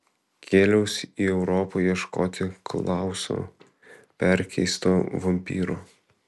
keliaus į europą ieškoti klauso perkeisto vampyro